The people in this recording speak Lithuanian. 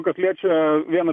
kas liečia vieną